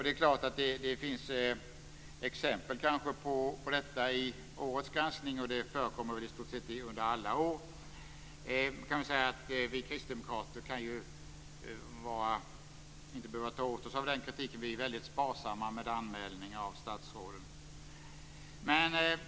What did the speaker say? Det finns exempel på sådant i årets granskning. Det har förekommit under i stort sett alla år. Vi kristdemokrater behöver inte ta åt oss av den kritiken. Vi är sparsamma med anmälningar av statsråden.